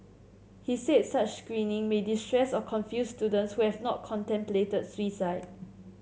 he said such screening may distress or confuse students who have not contemplated suicide